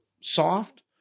soft